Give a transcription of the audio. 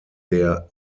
der